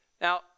Now